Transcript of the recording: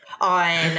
on